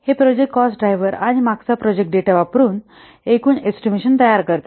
हे project cost driver आणि मागचा प्रोजेक्ट डेटा वरून एकूण एस्टिमेशन तयार करते